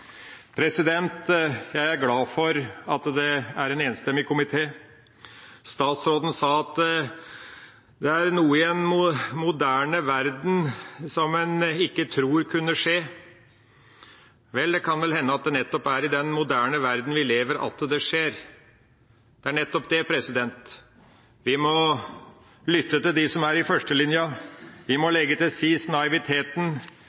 avgifter.» Jeg er glad for at det er en enstemmig komité. Statsråden sa at det er noe i en moderne verden som en ikke tror kunne skje. Vel, det kan vel hende at det nettopp er i den moderne verden vi lever i, at det skjer. Det er nettopp det. Vi må lytte til dem som er i førstelinja, vi må legge til side naiviteten,